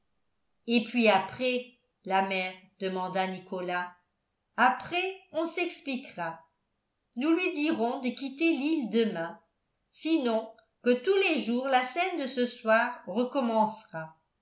et puis après la mère demanda nicolas après on s'expliquera nous lui dirons de quitter l'île demain sinon que tous les jours la scène de ce soir recommencera